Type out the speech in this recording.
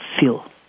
feel